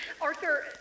Arthur